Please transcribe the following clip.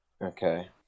Okay